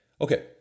Okay